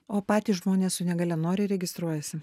o patys žmonės su negalia noriai registruojasi